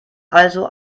also